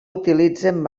utilitzen